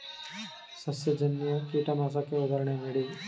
ಸಸ್ಯಜನ್ಯ ಕೀಟನಾಶಕಕ್ಕೆ ಉದಾಹರಣೆ ನೀಡಿ?